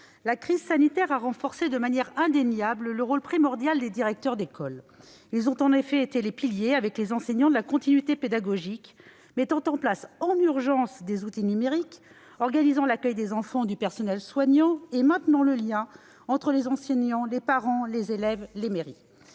la crise sanitaire a renforcé de manière indéniable le rôle primordial des directeurs d'école. Ceux-ci ont en effet été les piliers, avec les enseignants, de la continuité pédagogique, mettant en place en urgence des outils numériques, organisant l'accueil des enfants du personnel soignant et maintenant le lien entre les enseignants, les parents, les élèves et les mairies.